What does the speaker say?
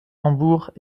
hambourg